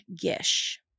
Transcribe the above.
Gish